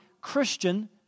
Christian